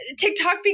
TikTok